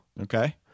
Okay